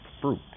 fruit